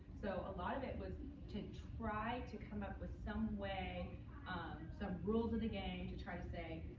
so a lot of it was to try to come up with some way some rules of the game to try to say,